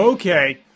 Okay